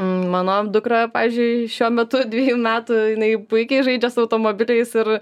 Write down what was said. mano dukra pavyzdžiui šiuo metu dvejų metų jinai puikiai žaidžia su automobiliais ir